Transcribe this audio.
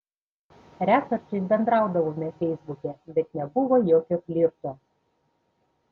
retkarčiais bendraudavome feisbuke bet nebuvo jokio flirto